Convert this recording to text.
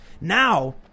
Now